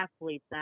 athletes